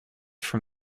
from